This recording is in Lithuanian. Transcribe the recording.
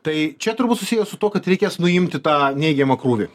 tai čia turbūt susiję su tuo kad reikės nuimti tą neigiamą krūvį